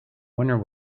winner